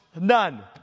none